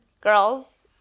girls